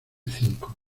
cinco